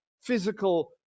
physical